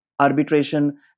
arbitration